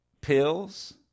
pills